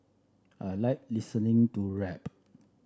I like listening to rap